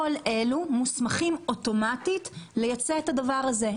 כל אלה מוסמכים אוטומטית לייצא את הדבר הזה.